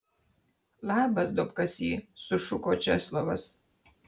labas duobkasy sušuko česlovas